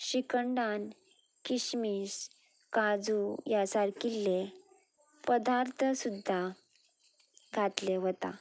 श्रीखंडान किशमीस काजू ह्या सारकिल्ले पदार्थ सुद्दां घातले वता